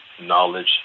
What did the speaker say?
knowledge